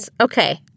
Okay